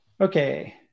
Okay